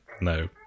no